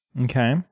Okay